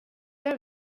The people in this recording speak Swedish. där